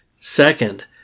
Second